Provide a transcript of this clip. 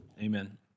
Amen